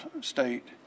state